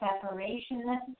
separation